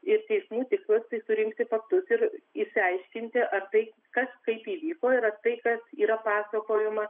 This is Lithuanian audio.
ir teismų tikslas tai surinkti faktus ir išsiaiškinti ar tai kas kaip įvyko yra tai kas yra pasakojama